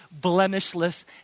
blemishless